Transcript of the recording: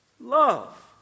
love